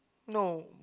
no